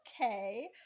okay